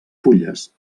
fulles